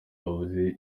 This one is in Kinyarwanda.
bavuze